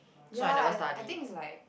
ya I I think is like